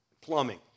Plumbing